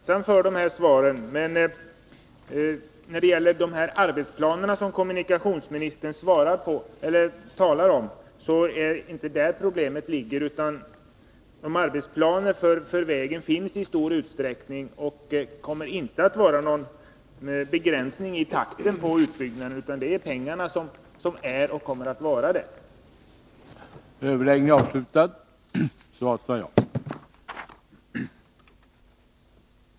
Herr talman! Jag är tacksam för de här beskeden. Kommunikationsministern talade om arbetsplanerna, men det är inte där problemet ligger. Arbetsplaner för vägen finns i stor utsträckning redan, och fastställandet av ytterligare sådana kommer inte att medföra någon begränsning av utbyggnadstakten, utan det är pengarna som är och kommer att vara en begränsande faktor.